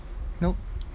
nope